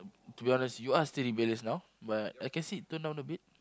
to be honest you are still rebellious now but I can see it tone down a bit